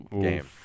game